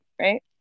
Right